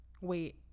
Wait